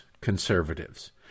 conservatives